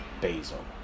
basil